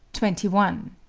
twenty one.